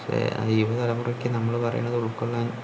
പക്ഷേ യുവതലമുറക്ക് നമ്മള് പറയണത് ഉൾക്കൊള്ളാൻ